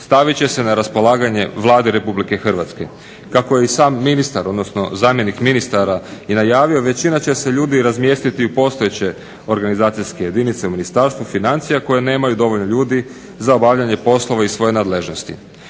stavit će se na raspolaganje Vladi Republike Hrvatske. Kako je i sam ministar odnosno zamjenik ministra je najavio većina će se ljudi razmjestiti u postojeće organizacijske jedinice u Ministarstvu financija koje nemaju dovoljno ljudi za obavljanje poslova iz svoje nadležnosti.